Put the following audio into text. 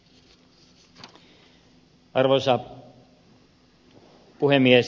arvoisa puhemies